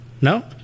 no